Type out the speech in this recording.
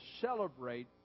celebrate